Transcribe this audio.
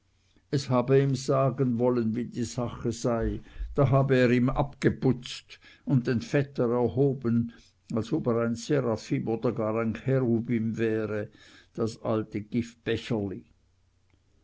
es habe ihm sagen wollen wie die sache sei da habe er ihm abgeputzt und den vetter erhoben als ob er ein seraphim oder gar ein cherubim wäre das alte